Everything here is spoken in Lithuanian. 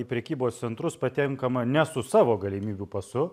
į prekybos centrus patenkama ne su savo galimybių pasu